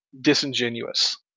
disingenuous